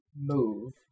move